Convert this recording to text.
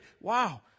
wow